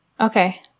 Okay